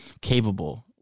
capable